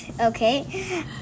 Okay